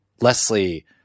Leslie